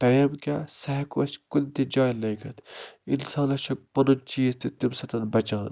time کیٛاہ سُہ ہٮ۪کَو أسۍ کُنہِ تہِ جایہِ لٲگِتھ اِنسانَس چھُ پَنُن چیٖز تہِ تَمہِ سۭتۍ بَچان